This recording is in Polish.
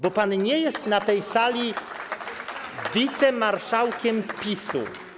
Bo pan nie jest na tej sali wicemarszałkiem PiS-u.